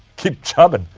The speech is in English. keep chubbin.